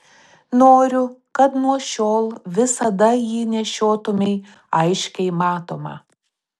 noriu kad nuo šiol visada jį nešiotumei aiškiai matomą